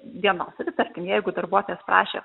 dienos ir tarkim jeigu darbuotojas prašė